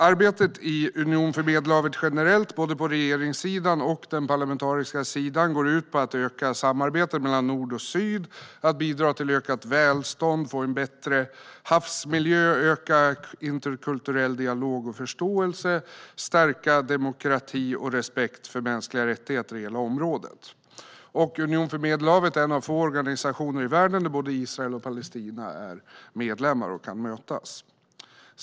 Arbetet i Unionen för Medelhavet generellt, både på regeringssidan och på den parlamentariska sidan, går ut på att öka samarbetet mellan nord och syd, att bidra till ökat välstånd, att få en bättre havsmiljö, att öka den interkulturella dialogen och förståelsen och att stärka demokratin och respekten för mänskliga rättigheter i hela området. Unionen för Medelhavet är en av få organisationer i världen där både Israel och Palestina är medlemmar och kan mötas.